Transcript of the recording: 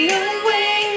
away